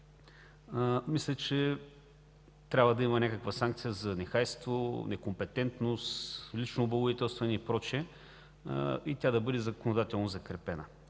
мисля, че трябва да има някаква санкция за нехайство, некомпетентност, лично облагодетелстване и прочие и тя да бъде законодателно закрепена.